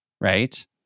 right